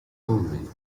movement